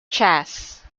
chas